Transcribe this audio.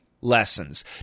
lessons